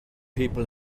people